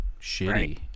shitty